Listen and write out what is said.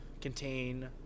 contain